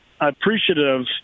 appreciative